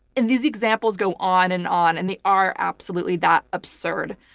and these examples go on and on and they are absolutely that absurd.